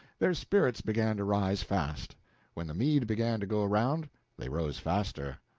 their spirits began to rise fast when the mead began to go round they rose faster.